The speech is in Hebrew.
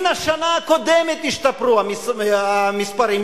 מן השנה הקודמת השתפרו המספרים,